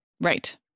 Right